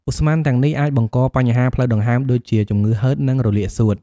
ឧស្ម័នទាំងនេះអាចបង្កបញ្ហាផ្លូវដង្ហើមដូចជាជំងឺហឺត និងរលាកសួត។